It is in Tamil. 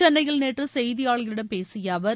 சென்னையில் நேற்று செய்தியாளர்களிடம் பேசிய அவர்